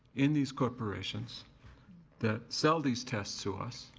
in these corporations that sell these tests to us,